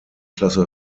klasse